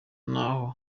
naho